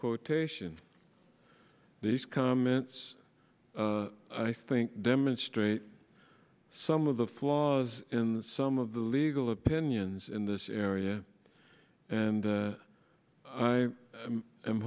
quotation these comments i think demonstrate some of the flaws in some of the legal opinions in this area and i am